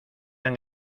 han